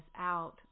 out